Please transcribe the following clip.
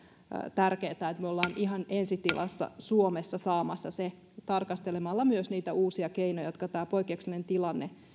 tärkeää että me olemme ihan ensi tilassa suomessa saamassa sen tarkastelemalla myös niitä uusia keinoja joita tämä poikkeuksellinen tilanne